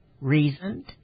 reasoned